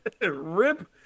Rip